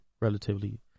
relatively